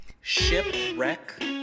Shipwreck